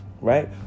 right